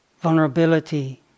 vulnerability